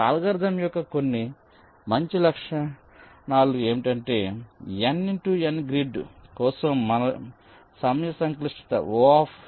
ఈ అల్గోరిథం యొక్క కొన్ని మంచి లక్షణాలు ఏమిటంటే N × N గ్రిడ్ కోసం సమయ సంక్లిష్టత Ο